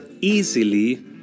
easily